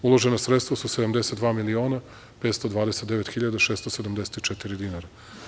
Uložena sredstva su 72 miliona 529 hiljada 674 dinara.